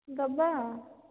ଦେବା